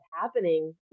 happening